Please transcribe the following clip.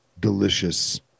Delicious